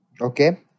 Okay